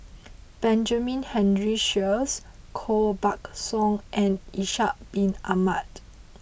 Benjamin Henry Sheares Koh Buck Song and Ishak bin Ahmad